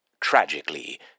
tragically